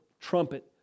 trumpet